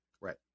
Right